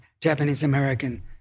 Japanese-American